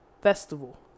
festival